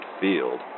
field